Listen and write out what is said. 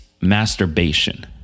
masturbation